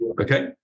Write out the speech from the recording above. Okay